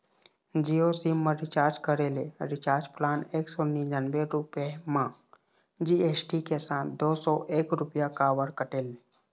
Jio sim मा recharge करे ले रिचार्ज प्लान एक सौ निन्यानबे रुपए मा जी.एस.टी के साथ दो सौ एक रुपया काबर कटेल?